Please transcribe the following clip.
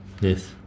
Yes